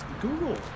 Google